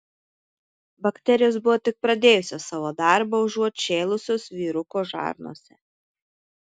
bakterijos buvo tik pradėjusios savo darbą užuot šėlusios vyruko žarnose